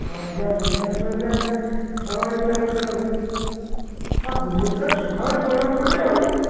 ଶ ଏଗାର ଜଣ ଏଗାର ଜଣ ହେଲେ ଆମେ ବଡ଼ ଗାଡ଼ି କରିବାକୁ ପଡ଼ିବ ତା'ହେଲେ ହଁ ବୁଲଟରେ ଛୁଆଗୁଡ଼ା କୋଳରେ ବସି ପଡ଼ିବେ ଆଉ